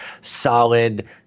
solid